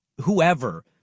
whoever